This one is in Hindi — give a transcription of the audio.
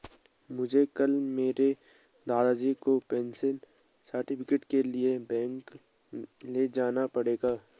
मुझे कल मेरे दादाजी को पेंशन सर्टिफिकेट के लिए बैंक ले जाना पड़ेगा